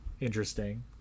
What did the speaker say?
interesting